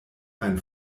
ein